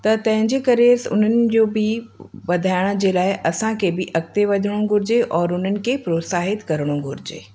त तंहिंजे करे उन्हनि जो बि वधाइण जे लाइ असांखे बि अॻिते वधिणो घुरिजे और उन्हनि खे प्रोत्साहित करिणो घुरिजे